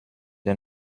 der